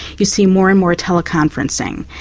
you see more and more teleconferencing,